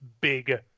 big